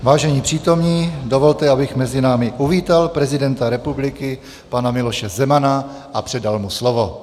Vážení přítomní, dovolte, abych mezi námi uvítal prezidenta republiky pana Miloše Zemana a předal mu slovo.